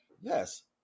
Yes